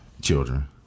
children